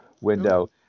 window